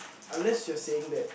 unless you're saying that